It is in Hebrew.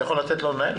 אני יכול לתת לו לנהל?